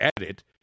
edit